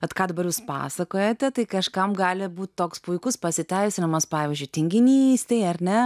vat ką dabar jūs pasakojate tai kažkam gali būti toks puikus pasiteisinimas pavyzdžiui tinginystei ar ne